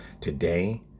today